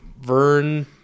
Vern